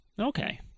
Okay